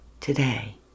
today